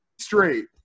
straight